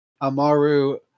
Amaru